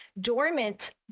dormant